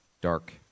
dark